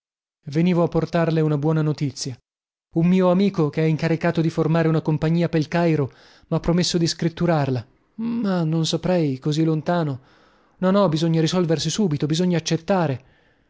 venivo a portarle una buona notizia un mio amico che è incaricato di formare una compagnia pel cairo mha promesso di scritturarla ma non saprei così lontano no no bisogna risolversi piuttosto bisogna accettare